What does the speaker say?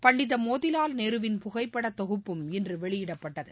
பண்டித மோதிலால் நேருவின் புகைப்பட தொகுப்பும் இன்று வெளியிடப்பட்டது